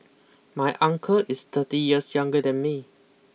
my uncle is thirty years younger than me